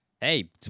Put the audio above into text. hey